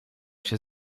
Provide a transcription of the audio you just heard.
się